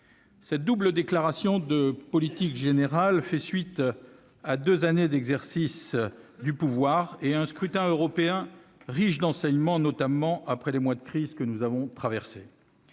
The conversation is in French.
Cette double déclaration de politique générale fait suite à deux années d'exercice du pouvoir et à un scrutin européen riche d'enseignements, notamment après les mois de crise que nous avons traversés.